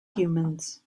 humans